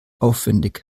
aufwendig